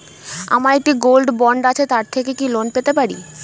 আমার একটি gold bond আছে তার থেকে কি লোন পেতে পারি?